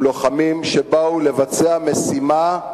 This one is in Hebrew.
הם לוחמים שבאו לבצע משימה,